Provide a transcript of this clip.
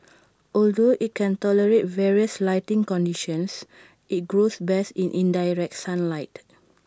although IT can tolerate various lighting conditions IT grows best in indirect sunlight